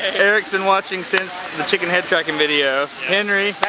eric's been watching since the chicken head tracking video. henry,